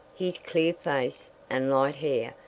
his clear face, and light hair,